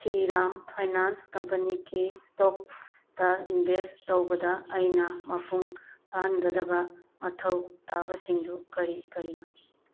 Shriram finance ꯀꯝꯄꯅꯤꯒꯤ ꯏꯁꯇꯣꯛꯇ ꯏꯟꯕꯦꯁ ꯇꯧꯕꯗ ꯑꯩꯅ ꯃꯄꯨꯡ ꯐꯥꯍꯟꯒꯕꯗ ꯃꯊꯧ ꯇꯥꯕꯁꯤꯡꯗꯨ ꯀꯔꯤ ꯀꯔꯤꯅꯣ